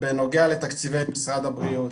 בנוגע לתקציבי משרד הבריאות,